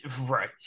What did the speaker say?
Right